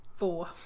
four